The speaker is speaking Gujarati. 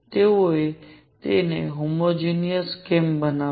તેઓએ તેને હોમોજેનિયસ કેમ બનાવ્યું